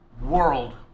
world